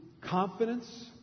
confidence